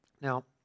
Now